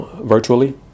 virtually